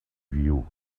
view